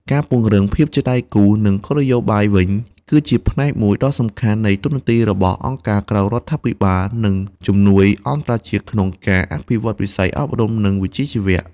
ការពង្រឹងភាពជាដៃគូ និងគោលនយោបាយវិញ គឺជាផ្នែកមួយដ៏សំខាន់នៃតួនាទីរបស់អង្គការក្រៅរដ្ឋាភិបាល និងជំនួយអន្តរជាតិក្នុងការអភិវឌ្ឍវិស័យអប់រំ និងវិជ្ជាជីវៈ។